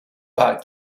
pas